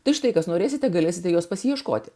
tai štai kas norėsite galėsite juos pasiieškoti